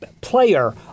player